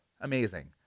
Amazing